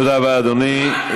תודה רבה, אדוני.